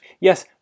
yes